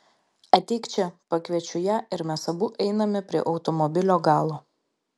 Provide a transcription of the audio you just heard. ateik čia pakviečiu ją ir mes abu einame prie automobilio galo